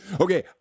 Okay